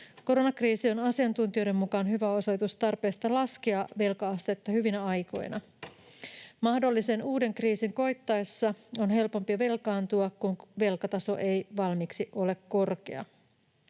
Koronakriisi on asiantuntijoiden mukaan hyvä osoitus tarpeesta laskea velka-astetta hyvinä aikoina. Mahdollisen uuden kriisin koittaessa on helpompi velkaantua, kun velkataso ei valmiiksi ole korkea.